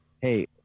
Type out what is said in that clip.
Hey